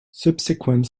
subsequent